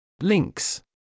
Links